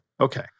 Okay